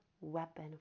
weapon